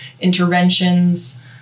interventions